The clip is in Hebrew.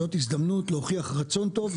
זאת הזדמנות להוכיח רצון טוב,